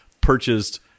purchased